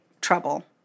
trouble